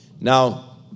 Now